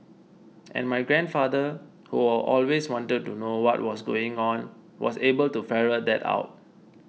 and my grandfather who always wanted to know what was going on was able to ferret that out